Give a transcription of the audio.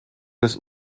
des